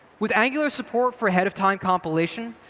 with angular support for ahead of time compilation,